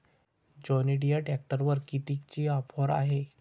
John Deere ट्रॅक्टरवर कितीची offer हाये?